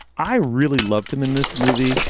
i really loved him in this movie.